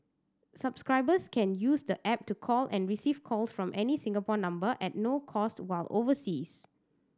subscribers can use the app to call and receive calls from any Singapore number at no cost while overseas